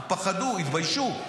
הם פחדו, התביישו.